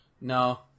No